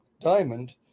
Diamond